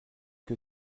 que